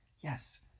Yes